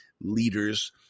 leaders